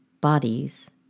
Bodies